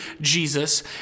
Jesus